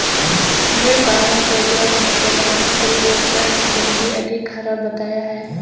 भेड़ पालन को जॉर्ज ने पर्यावरण परिवर्तन से भी अधिक खराब बताया है